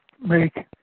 make